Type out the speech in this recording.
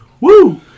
Woo